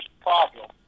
problem